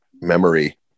memory